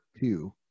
two